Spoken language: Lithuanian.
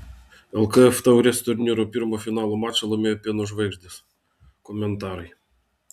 lkf taurės turnyro pirmą finalo mačą laimėjo pieno žvaigždės komentarai